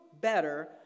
better